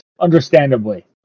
understandably